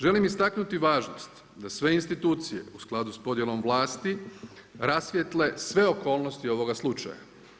Želim istaknuti važnost, da sve institucije u skladu s podjelom vlasti rasvijetle sve okolnosti ovoga slučaja.